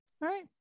right